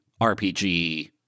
RPG